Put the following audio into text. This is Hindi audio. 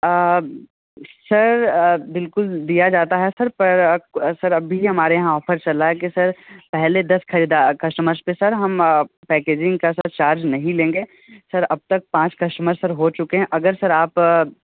सर बिलकुल दिया जाता है सर पर अभी हमारे यहाँ ऑफ़र चल रहा है कि सर पहले दस खरीदार कश्टमरर्स पे हम पैकेजिंग का चार्ज नहीं लेंगे सर अब तक पाँच कश्टमर सर हो चुके हैं अगर सर आप